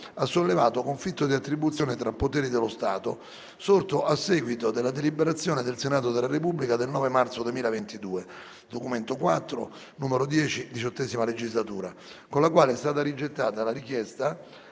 ha sollevato conflitto di attribuzione tra poteri dello Stato, sorto a seguito della deliberazione del Senato della Repubblica del 9 marzo 2022 (Documento IV n. 10 - XVIII legislatura), con la quale è stata rigettata la richiesta